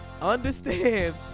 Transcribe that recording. understand